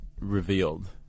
revealed